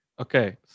Okay